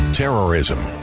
Terrorism